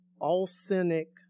authentic